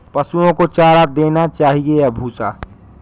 पशुओं को चारा देना चाहिए या भूसा?